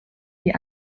die